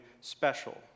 special